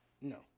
No